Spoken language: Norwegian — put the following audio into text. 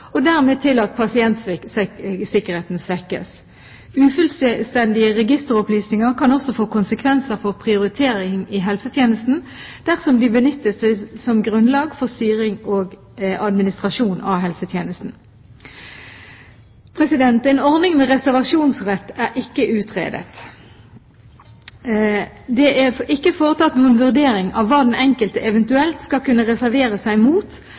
og dermed til at pasientsikkerheten svekkes. Ufullstendige registeropplysninger kan også få konsekvenser for prioritering i helsetjenesten dersom de benyttes som grunnlag for styring og administrasjon av helsetjenesten. En ordning med reservasjonsrett er ikke utredet. Det er ikke foretatt noen vurdering av hva den enkelte eventuelt skal kunne reservere seg mot,